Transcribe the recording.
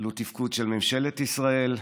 חדלות תפקוד של ממשלת ישראל,